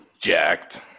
jacked